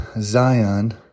Zion